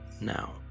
now